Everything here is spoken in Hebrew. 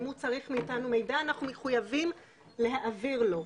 אם הוא צריך מאיתנו מידע אנחנו מחויבים להעביר לו.